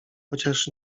chociaż